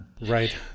Right